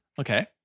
Okay